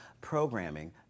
programming